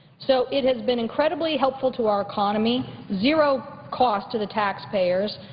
so it has been incredibly helpful to our economy, zero cost to the taxpayers,